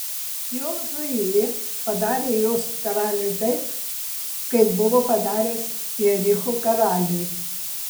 jozuė padarė jos karaliui taip kaip buvo padaręs jericho karaliui